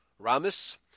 ramis